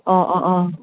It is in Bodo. अ अ अ